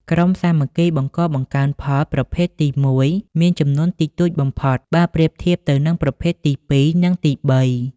ក្រុមសាមគ្គីបង្កបង្កើនផលប្រភេទទី១ មានចំនួនតិចតួចបំផុត បើប្រៀបធៀបទៅនឹងប្រភេទទី២ និងទី៣។